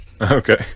Okay